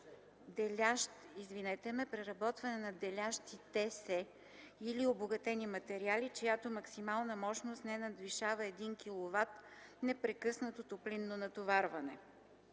за производство и преработване на делящите се или обогатени материали, чиято максимална мощност не надвишава 1 киловат непрекъснато топлинно натоварване.